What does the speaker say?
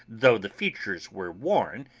though the features were worn,